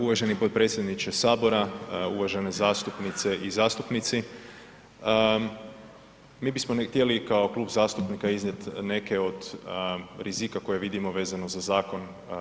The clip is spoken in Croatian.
Uvaženi potpredsjedniče Sabora, uvažene zastupnice i zastupnici, mi bismo htjeli kao Klub zastupnika iznijeti neke od rizika koje vidimo vezano za zakon.